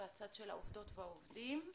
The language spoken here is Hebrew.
והצד של העובדות והעובדים.